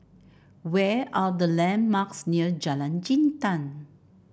where are the landmarks near Jalan Jintan